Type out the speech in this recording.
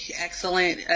excellent